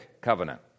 covenant